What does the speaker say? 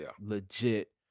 legit